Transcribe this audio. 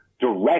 direct